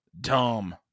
dumb